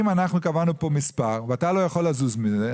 אם אנחנו קבענו כאן מספר ואתה לא יכול לזוז ממנו,